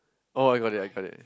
oh I got it I got it